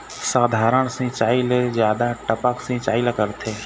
साधारण सिचायी ले जादा टपक सिचायी ला करथे